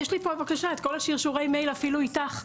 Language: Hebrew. יש לי פה בבקשה את כל שרשורי המייל אפילו איתך,